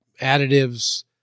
additives